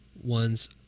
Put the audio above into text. ones